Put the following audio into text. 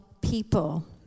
people